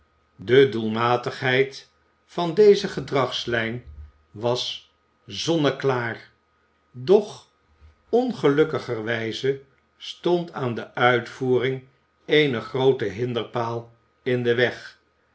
de doelmatigheid van deze gedragslijn was zonneklaar doch ongelukkigerwijze stond aan de uitvoering eene groote hinderpaal in den weg